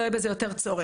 לא יהיה בזה יותר צורך.